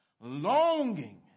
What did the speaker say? longing